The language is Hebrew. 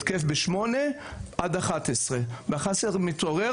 התקף ב-8:00 עד 11:00. ב-11:00 הוא מתעורר